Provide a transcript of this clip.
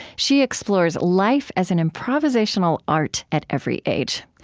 she explores life as an improvisational art at every age.